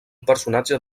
personatge